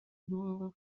کدوممون